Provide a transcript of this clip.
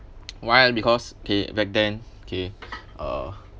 why because okay back then okay uh